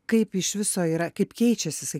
kaip iš viso yra kaip keičias jisai